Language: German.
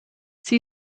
sie